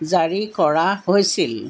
জাৰী কৰা হৈছিল